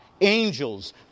angels